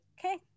okay